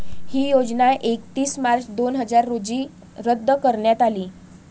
ही योजना एकतीस मार्च दोन हजार रोजी रद्द करण्यात आली